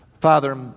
Father